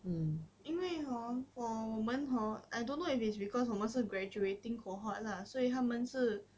因为 hor for 我们 hor I don't know if it's because 我们是 graduating cohort lah 所以他们是